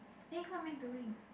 eh what am I doing